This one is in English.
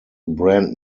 brand